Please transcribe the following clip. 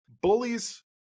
bullies